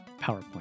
PowerPoint